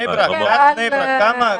אתם יכולים לתת לי שם של יישוב שמעניין אתכם?